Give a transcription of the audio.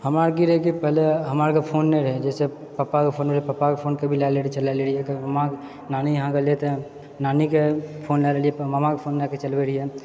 हमरा आरके की रहैए कि पहले हमरा आरके फोन नहि रहए जैसे पप्पाके फोन रहए पप्पाके फोन कभी लैले रहिए चला ले रहिए कभी मा नानी यहाँ गेलिए तऽ नानीके फोन लए लेलिए मामाके फोन लेके चलबै रहिए